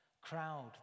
Crowd